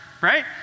right